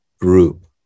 group